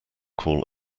call